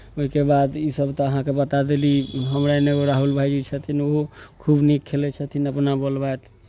ओहिके बाद ईसभ तऽ अहाँकेँ बता देली हमरा राहुल भाइजी छथिन ओ खूब नीक खेलै छथिन अपना बॉल बैट